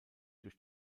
durch